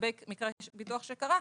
לגבי מקרה ביטוח שקרה,